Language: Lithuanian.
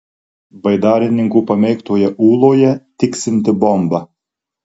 baidarininkų pamėgtoje ūloje tiksinti bomba